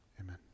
amen